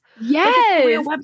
Yes